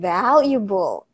valuable